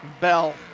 Bell